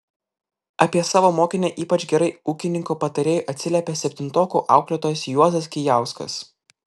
apie savo mokinę ypač gerai ūkininko patarėjui atsiliepė septintokų auklėtojas juozas kijauskas